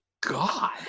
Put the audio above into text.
God